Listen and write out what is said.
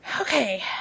Okay